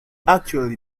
actually